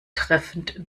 treffend